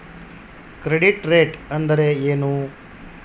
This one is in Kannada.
ಕ್ರೆಡಿಟ್ ರೇಟ್ ಅಂದರೆ ಏನು?